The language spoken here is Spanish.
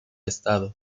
estado